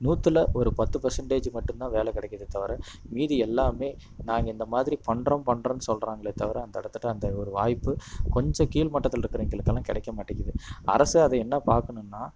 நூற்றுல ஒரு பத்து பர்சண்டேஜ்ஜு மட்டும்தான் வேலை கிடைக்கிது தவிர மீதி எல்லாமே நாங்கள் இந்த மாதிரி பண்ணுறோம் பண்ணுறோம்னு சொல்லுறாங்களே தவிர அந்த இடத்துட்ட அந்த ஒரு வாய்ப்பு கொஞ்சம் கீழ் மட்டத்தில் இருக்கிறவிங்களுக்கெல்லாம் கிடைக்க மாட்டேங்கிது அரசு அதை என்ன பார்க்கணுன்னா